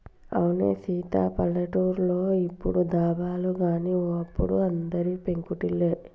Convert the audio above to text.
అవునే సీత పల్లెటూర్లో ఇప్పుడు దాబాలు గాని ఓ అప్పుడు అందరివి పెంకుటిల్లే